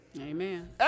Amen